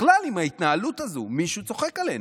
בכלל, עם ההתנהלות הזו, מישהו צוחק עלינו.